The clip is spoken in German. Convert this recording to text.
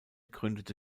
gründete